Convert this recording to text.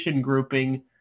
grouping